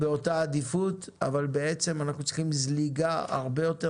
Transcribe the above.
אבל בעצם אנחנו צריכים זליגה הרבה יותר